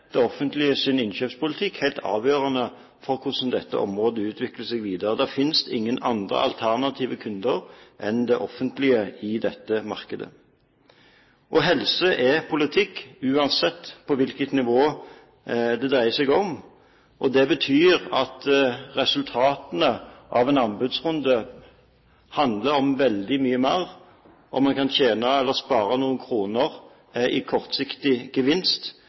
det offentliges innkjøpspolitikk helt avgjørende for hvordan dette området utvikler seg videre. Det finnes ingen andre alternative kunder enn det offentlige i dette markedet. Helse er politikk uansett på hvilket nivå det dreier seg om. Det betyr at resultatene av en anbudsrunde handler om veldig mye mer – om man kan tjene eller spare noen kroner i kortsiktig gevinst.